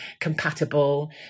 compatible